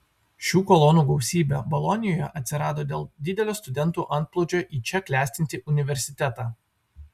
šių kolonų gausybė bolonijoje atsirado dėl didelio studentų antplūdžio į čia klestinti universitetą